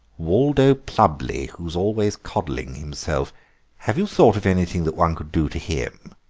waldo plubley, who is always coddling himself have you thought of anything that one could do to him?